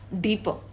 deeper